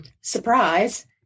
surprise